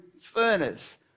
furnace